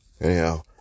Anyhow